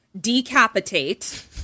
decapitate